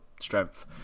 strength